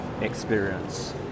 experience